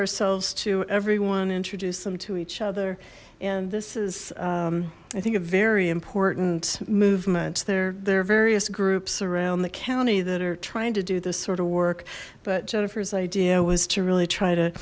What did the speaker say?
ourselves to everyone introduce them to each other and this is i think a very important movement there there are various groups around the county that are trying to do this sort of work but jennifer's idea was to really try to